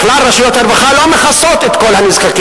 בכלל, רשויות הרווחה לא מכסות את כל הנזקקים,